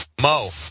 Mo